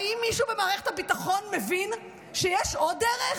האם מישהו במערכת הביטחון מבין שיש עוד דרך?